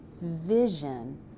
vision